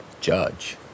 judge